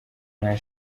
nta